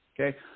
Okay